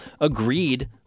agreed